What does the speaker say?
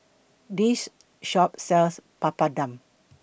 This Shop sells Papadum